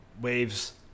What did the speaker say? waves